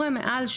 לא משפטיים.